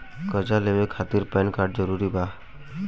कर्जा लेवे खातिर पैन कार्ड जरूरी बा?